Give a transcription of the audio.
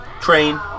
train